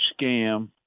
scam